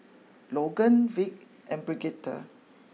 Logan Vic and Bridgette